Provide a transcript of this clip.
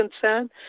concern